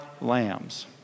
lambs